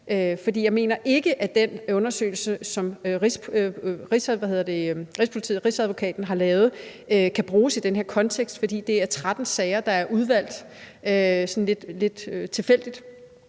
jeg mener ikke, at den undersøgelse, som Rigsadvokaten har lavet, kan bruges i den her kontekst, for det er 13 sager, der er udvalgt sådan lidt tilfældigt,